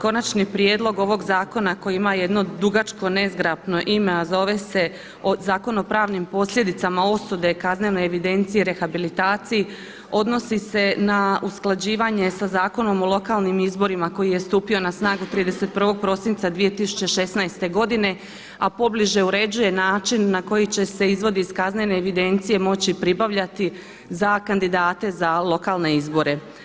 Konačni prijedlog ovog zakona koji ima jedno dugačko nezgrapno ime, a zove se Zakon o pravnim posljedicama osude, kaznene evidencije, rehabilitaciji odnosi se na usklađivanje sa Zakonom o lokalnim izborima koji je stupio na snagu 31.12.2016. godine, a pobliže uređuje način na koji će se izvod iz kaznene evidencije moći pribavljati za kandidate za lokalne izbore.